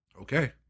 Okay